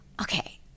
okay